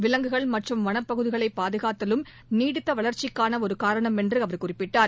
விலங்குகள் மற்றும் வனப்பகுதிகளைபாதுகாத்தலும் நீடித்தவளர்ச்சிக்கானஒருகாரணம் என்றுஅவர் தெரிவித்தார்